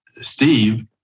Steve